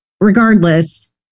regardless